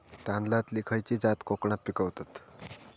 तांदलतली खयची जात कोकणात पिकवतत?